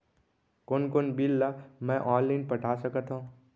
कोन कोन बिल ला मैं ऑनलाइन पटा सकत हव?